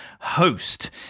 Host